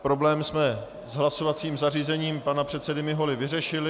Problém s hlasovacím zařízením pana předsedy Miholy jsme vyřešili.